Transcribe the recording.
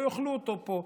לא יאכלו אותו פה,